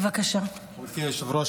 גברתי היושבת-ראש,